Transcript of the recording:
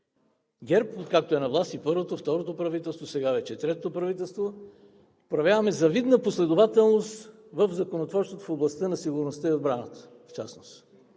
ГЕРБ, откакто е на власт – и първото, и второто, а сега вече и третото правителство, проявяваме завидна последователност в законотворчеството в областта на сигурността и отбраната в частност.